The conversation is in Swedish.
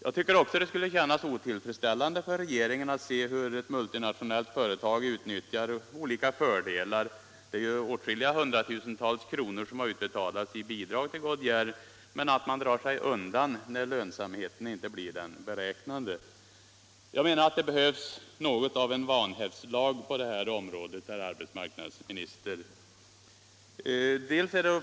Jag tycker också det skulle kännas otillfredsställande för regeringen att se hur ett multinationellt företag utnyttjar olika fördelar — det är åtskilliga hundratusentals kronor som har utbetalats i bidrag till Goodyear - men drar sig undan när lönsamheten inte blir den beräknade. Det behövs något av en vanhävdslag på detta område, herr arbetsmarknadsminister!